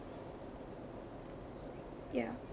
ya